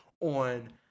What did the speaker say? on